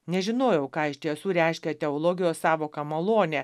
nežinojau ką iš tiesų reiškia teologijos sąvoka malonė